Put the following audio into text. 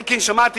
שמעתי